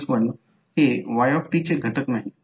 तर येथे कधीकधी x M M हे म्युच्युअल रिअॅक्टन्स आहे